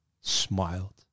smiled